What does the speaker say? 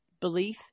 belief